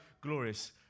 glorious